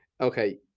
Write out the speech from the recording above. Okay